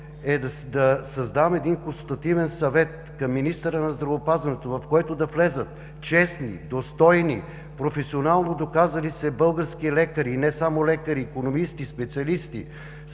е да създам Консултативен съвет към министъра на здравеопазването, в който да влязат честни, достойни, професионално доказали се български лекари, икономисти, специалисти,